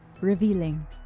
revealing